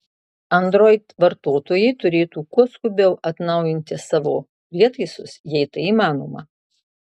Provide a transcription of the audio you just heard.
android vartotojai turėtų kuo skubiau atnaujinti savo prietaisus jei tai įmanoma